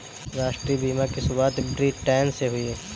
राष्ट्रीय बीमा की शुरुआत ब्रिटैन से हुई